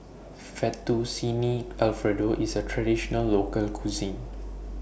Fettuccine Alfredo IS A Traditional Local Cuisine